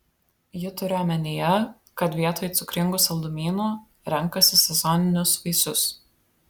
ji turi omenyje kad vietoj cukringų saldumynų renkasi sezoninius vaisius